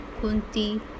Kunti